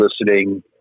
listening